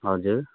हजुर